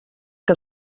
que